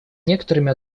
некоторыми